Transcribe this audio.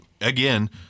again